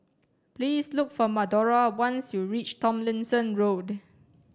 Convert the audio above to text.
please look for Madora when you reach Tomlinson Road